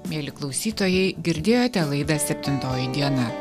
mieli klausytojai girdėjote laidą septintoji diena